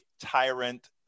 tyrant